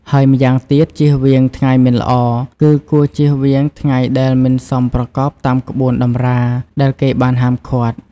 ហើយម្យ៉ាងទៀតជៀសវាងថ្ងៃមិនល្អ គឺគួរជៀសវាងថ្ងៃដែលមិនសមប្រកបតាមក្បួនតម្រា ដែលគេបានហាមឃាត់។